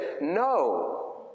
no